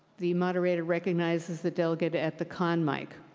the moderator recognizes the delegate at the con mic.